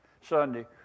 Sunday